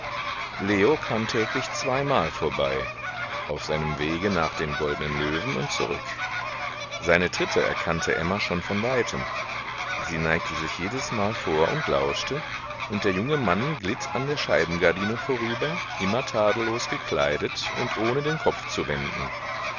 leo kam täglich zweimal vorbei auf seinem wege nach dem goldnen löwen und zurück seine tritte erkannte emma schon von weitem sie neigte sich jedesmal vor und lauschte und der junge mann glitt an der scheibengardine vorüber immer tadellos gekleidet und ohne den kopf zu wenden